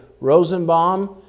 Rosenbaum